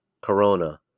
Corona